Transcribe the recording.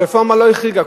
הרפורמה לא החריגה.